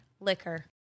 liquor